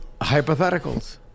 Hypotheticals